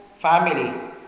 family